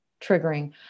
triggering